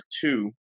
two